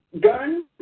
Gun